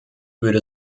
würde